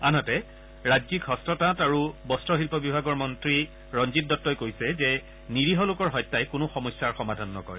আনহাতে ৰাজ্যিক হস্ততাঁত আৰু বস্ত্ৰ শিল্প বিভাগৰ মন্ত্ৰী ৰঞ্জিত দত্তই কৈছে যে নিৰীহ লোকৰ হত্যাই কোনো সমস্যা সমাধান নকৰে